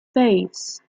face